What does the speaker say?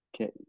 Okay